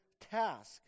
task